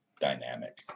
dynamic